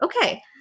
Okay